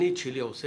אני את שלי עושה,